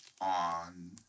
on